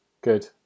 good